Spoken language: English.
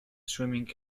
swimming